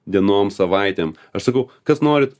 dienom savaitėm aš sakau kas norit